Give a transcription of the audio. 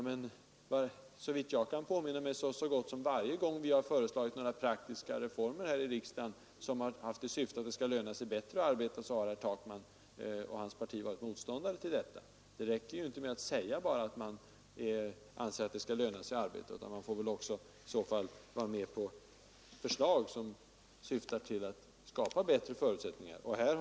Men såvitt jag kan påminna mig har det varit så, att så gott som varje gång vi här i riksdagen har föreslagit praktiska reformer som syftat till att det skall löna sig bättre att arbeta, så har herr Takman och hans partivänner varit motståndare till dem. Och det räcker ju inte med att bara säga att det skall löna sig att arbeta, man får ju då också stödja förslag som syftar till att skapa bättre förutsättningar för det.